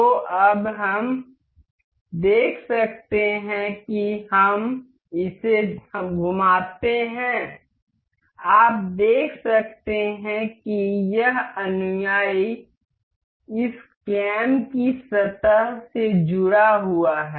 तो अब हम देख सकते हैं कि हम इसे घुमाते हैं आप देख सकते हैं यह अनुयायी इस कैम की सतह से जुड़ा हुआ है